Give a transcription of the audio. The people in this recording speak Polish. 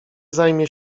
zajmie